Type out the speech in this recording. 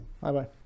Bye-bye